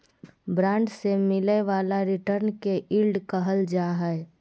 bond से मिलय वाला रिटर्न के यील्ड कहल जा हइ